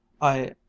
I